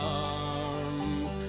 arms